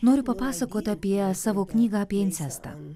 noriu papasakot apie savo knygą apie incestą